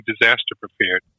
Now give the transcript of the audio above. disaster-prepared